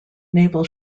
naval